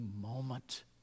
moment